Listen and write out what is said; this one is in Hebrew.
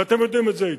ואתם יודעים את זה היטב.